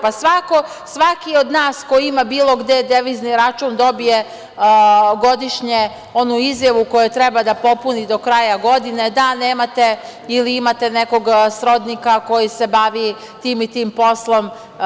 Pa, svaki od nas ko ima bilo gde devizni račun dobije godišnje onu izjavu koju treba da popuni do kraja godine da nemate ili imate nekog srodnika koji se bavi tim i tim poslom.